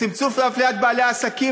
צמצום אפליית בעלי עסקים,